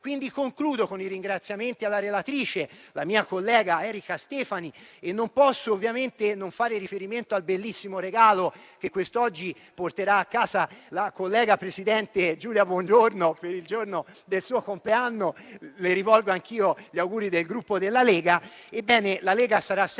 Concludo con i ringraziamenti alla relatrice, la mia collega Erika Stefani, e non posso ovviamente non fare riferimento al bellissimo regalo che quest'oggi porterà a casa la collega, presidente Giulia Bongiorno, per il giorno del suo compleanno, in occasione del quale le rivolgo anch'io gli auguri del Gruppo Lega.